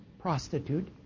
prostitute